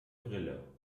brille